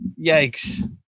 yikes